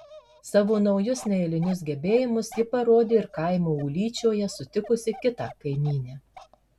savo naujus neeilinius gebėjimus ji parodė ir kaimo ūlyčioje sutikusi kitą kaimynę